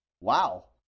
wow